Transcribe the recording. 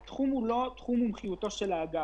התחום הוא לא תחום מומחיותו של האגף.